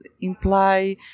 imply